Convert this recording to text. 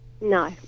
No